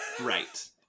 Right